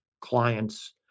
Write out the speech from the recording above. clients